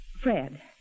Fred